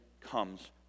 comes